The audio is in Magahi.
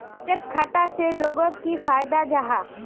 बचत खाता से लोगोक की फायदा जाहा?